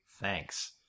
thanks